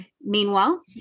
Meanwhile